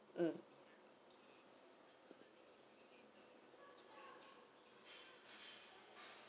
mm